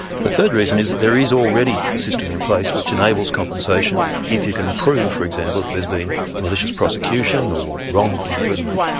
the third reason is that there is already a system in place which enables compensation if you can prove, for example, that there's been malicious prosecution or wrongful imprisonment,